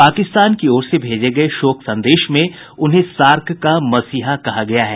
पाकिस्तान की ओर से भेजे गये शोक संदेश में उन्हें सार्क का मसीहा कहा गया है